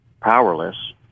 powerless